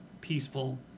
peaceful